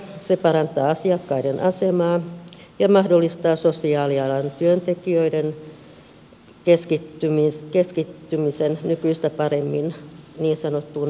se parantaa asiakkaiden asemaa ja mahdollistaa sosiaalialan työntekijöiden keskittymisen nykyistä paremmin niin sanottuun vaativaan sosiaalityöhön